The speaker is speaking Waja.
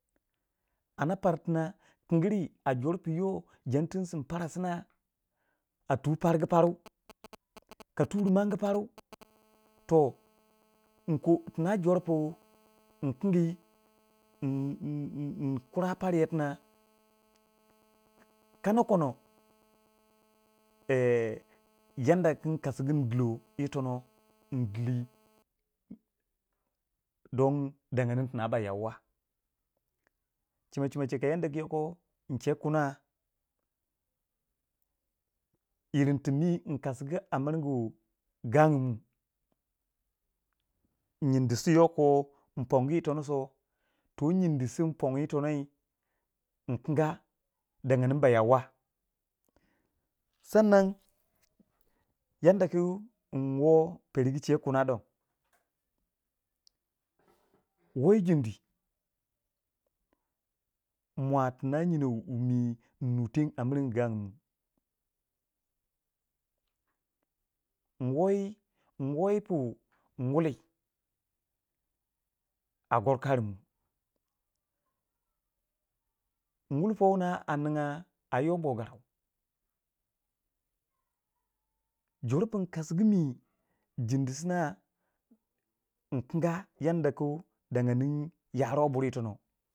Anda pari tina kin giri a jor pu yo janti sin para sina a tu pargu paru ka tur mangu pari toh inko tina jor pu nkingi n- n- kura pariye tina kana kono yan da kin kasigu ndilo itono ndili don dagani mi tina ba yakuwa chima chima chika yan da ku yoko ịn chegu kuna. ịrịn ti mi nkasigu a miringu gangumu nyindi su yoko mpongu itone so toh nyindi su mpongyi itono nkinga daganimi ba yauwa sannan yandaku nwo pergu che kina don wo yi nyindi mwa tina nyino wu mi nuteng a miringu gagumi nwo yi, nwo yi pu n wulli a goro karumi nwilli pwo wu na a ninga a yo boh garau jor pun kasugu mi jindi sina nkinga yan da ku daganmi ya ruwe buri itono.